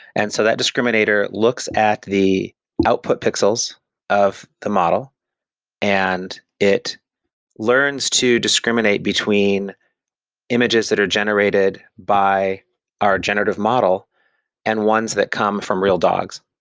and so that discriminator looks at the output pixels of the model and it learns to discriminate between images that are generated by our generative model and ones that come from real dogs.